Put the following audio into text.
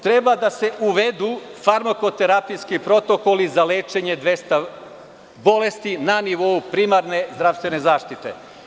Treba da se uvedu farmakoterapijski protokoli za lečenje 200 bolesti na nivou primarne zdravstvene zaštite.